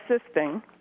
assisting